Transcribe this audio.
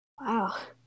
Wow